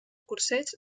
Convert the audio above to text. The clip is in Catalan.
cursets